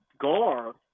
gar